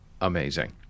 amazing